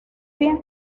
bien